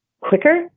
quicker